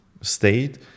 state